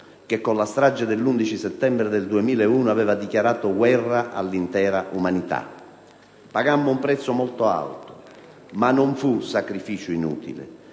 che, con la strage dell'11 settembre del 2001, aveva dichiarato guerra all'intera umanità. Pagammo un prezzo molto alto, ma non fu un sacrificio inutile.